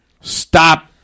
stop